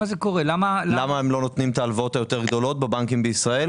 למה הם לא נותנים את ההלוואות היותר גדולות בבנקים בישראל?